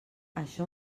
això